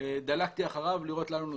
דלקתי אחריו לראות לאן הוא נוסע.